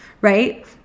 right